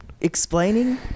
explaining